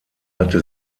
hatte